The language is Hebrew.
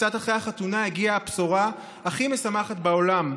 קצת אחרי החתונה הגיעה הבשורה הכי משמחת בעולם,